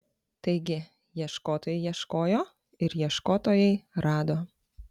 taigi ieškotojai ieškojo ir ieškotojai rado